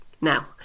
Now